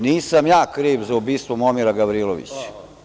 Nisam ja kriv za ubistvo Momira Gavrilovića.